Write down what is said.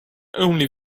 only